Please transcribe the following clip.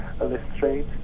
illustrate